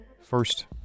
First